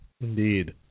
Indeed